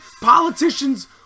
politicians